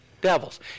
devils